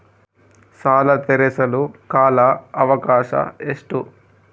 ಸಾಲ ತೇರಿಸಲು ಕಾಲ ಅವಕಾಶ ಎಷ್ಟು?